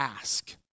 ask